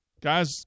Guys